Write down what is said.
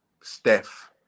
Steph